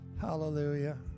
hallelujah